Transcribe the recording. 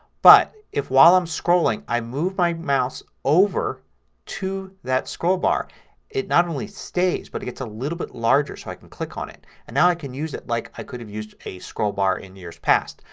but if while i'm scrolling i move my mouse over to that scroll bar it not only stays but it gets a little bit larger so i can click on it. and now i can use it like i could have used a scroll bar in years past.